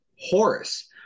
Horus